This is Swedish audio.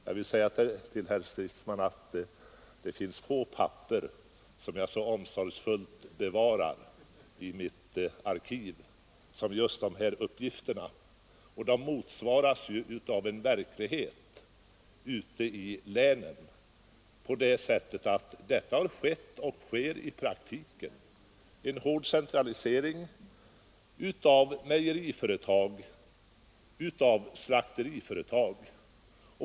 Jag vill säga till herr Stridsman att det finns få papper som jag så omsorgsfullt bevarar i mitt arkiv som just dessa uppgifter. De motsvaras ju av en verklighet ute i länen. Detta har skett och sker i praktiken: en hård centralisering av mejeriföretag och slakteriföretag.